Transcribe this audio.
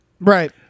Right